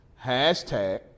Hashtag